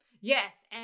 Yes